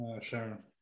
Sharon